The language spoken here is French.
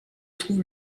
trouve